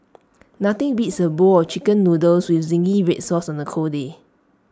nothing beats A bowl of Chicken Noodles with Zingy Red Sauce on A cold day